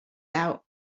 out